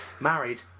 Married